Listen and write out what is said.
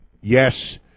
yes